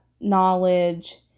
knowledge